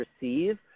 receive